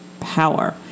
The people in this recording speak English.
power